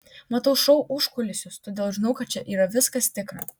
matau šou užkulisius todėl žinau kad čia yra viskas tikra